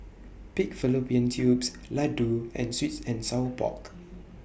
Pig Fallopian Tubes Laddu and Sweet and Sour Pork